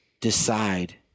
decide